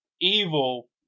evil